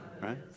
right